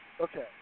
Okay